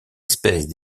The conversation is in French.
espèces